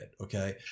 okay